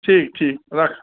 ठीक ठीक रख